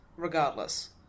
Regardless